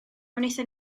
wnaethon